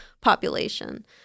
population